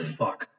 fuck